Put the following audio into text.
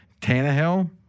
Tannehill